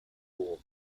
pool